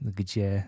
gdzie